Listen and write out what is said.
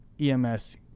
EMS